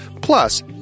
Plus